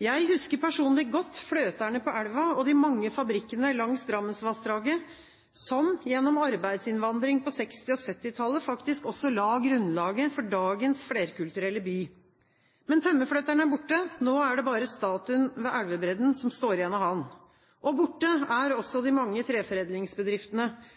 Jeg husker personlig godt de mange fabrikkene langs Drammensvassdraget og fløterne på elva, som gjennom arbeidsinnvandring på 1960- og 1970-tallet faktisk også la grunnlaget for dagens flerkulturelle by. Men tømmerfløteren er borte. Nå er det bare statuen ved elvebredden som står igjen av ham. Borte er også